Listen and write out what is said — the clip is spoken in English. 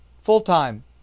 full-time